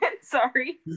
Sorry